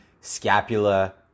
scapula